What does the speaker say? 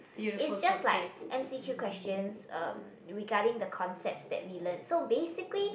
it's just like m_c_q questions um regarding the concepts that we learn so basically